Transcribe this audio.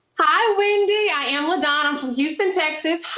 hi wendy, i am ladonna, i'm from houston texas, how